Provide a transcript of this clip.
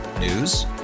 News